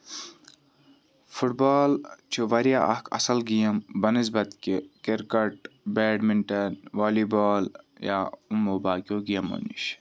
foot بال چھُ واریاہ اکھ اَصٕل گیم بَنسبط کہِ کِرکَٹ بیڈمِنٹَن والی بال یا یِمو باقیو گیمَو نِش